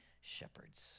shepherds